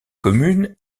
commune